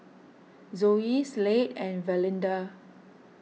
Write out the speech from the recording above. Zoe Slade and Valinda